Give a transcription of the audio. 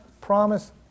promise